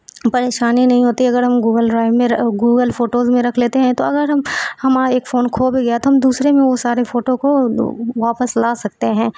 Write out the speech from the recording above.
پریشانی نہیں ہوتی اگر ہم گوگل ڈرائیو میں گوگل فوٹوز میں رکھ لیتے ہیں تو اگر ہم ہمارا ایک فون کھو بھی گیا تو ہم دوسرے میں وہ سارے فوٹو کو واپس لا سکتے ہیں